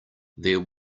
there